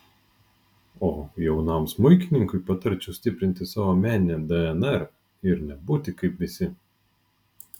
o jaunam smuikininkui patarčiau stiprinti savo meninę dnr ir nebūti kaip visi